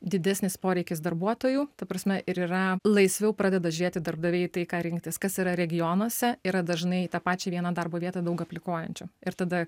didesnis poreikis darbuotojų ta prasme ir yra laisviau pradeda žiūrėti darbdaviai į tai ką rinktis kas yra regionuose yra dažnai į tą pačią vieną darbo vietą daug aplikuojančių ir tada